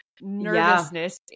nervousness